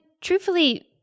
truthfully